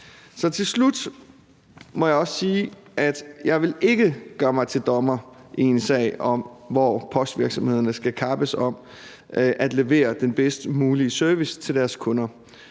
til slut må jeg også sige, at jeg ikke vil gøre mig til dommer i en sag, hvor postvirksomhederne skal kappes om at levere den bedst mulige service til deres kunder.